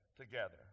together